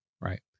Right